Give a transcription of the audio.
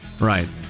Right